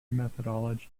methodology